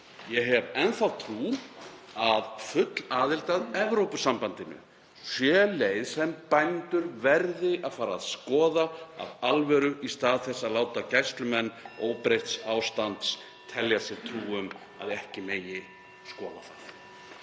Ég hef enn þá trú að full aðild að Evrópusambandinu sé leið sem bændur verði að fara að skoða af alvöru í stað þess að láta gæslumenn óbreytts ástands telja sér trú um að ekki megi skoða.